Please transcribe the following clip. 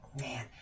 Man